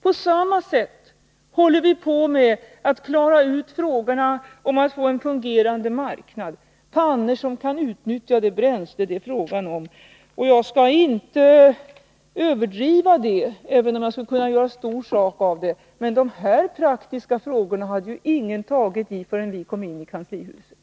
På samma sätt håller vi på med att klara ut frågorna om att få en fungerande marknad, om att få fram pannor som kan utnyttja de bränslen det är fråga om, osv. Jag skall inte överdriva detta, även om jag kunde göra stor sak av det, men dessa praktiska frågor hade ingen tagit i förrän vi kom in i kanslihuset.